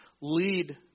lead